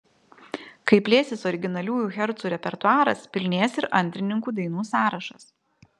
kai plėsis originaliųjų hercų repertuaras pilnės ir antrininkų dainų sąrašas